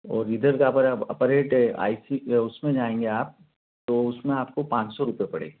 और इधर अपर अब अपर रेट आई सी के उसमें जाएँगे आप तो उसमें आपको पाँच सौ रुपये पड़ेंगे